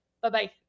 Bye-bye